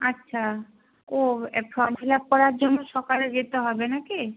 আচ্ছা ও form fill up করার জন্য সকালে যেতে হবে না কি